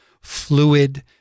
fluid